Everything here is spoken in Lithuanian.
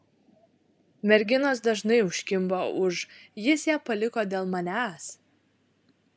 merginos dažnai užkimba už jis ją paliko dėl manęs